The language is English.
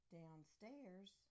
downstairs